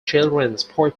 poetry